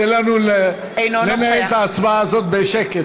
תן לנו לנהל את ההצבעה הזאת בשקט.